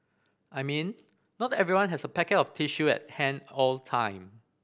I mean not everyone has a packet of tissue at hand all the time